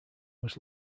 was